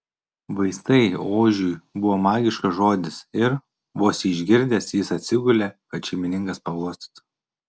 vaistai ožiui buvo magiškas žodis ir vos jį išgirdęs jis atsigulė kad šeimininkas paglostytų